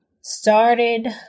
started